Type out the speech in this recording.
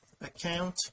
account